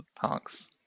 Parks